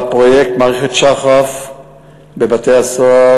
פרויקט מערכת שח"ף בבתי-סוהר,